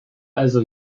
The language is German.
also